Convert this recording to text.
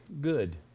good